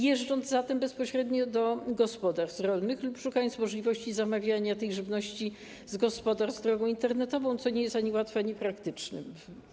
Jeżdżą po nią bezpośrednio do gospodarstw rolnych lub szukają możliwości zamawiania takiej żywności z gospodarstw drogą internetową, co nie jest ani łatwe, ani praktyczne.